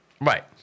Right